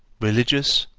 religious,